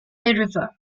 river